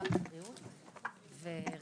ננעלה בשעה 13:05.